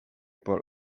por